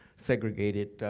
segregated